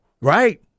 Right